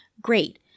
great